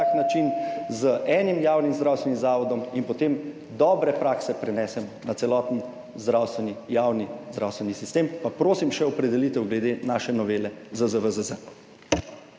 način z enim javnim zdravstvenim zavodom in potem dobre prakse prenesemo na celoten javni zdravstveni sistem? Pa prosim še opredelitev glede naše novele ZZVZZ.